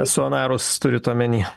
sonarus turit omeny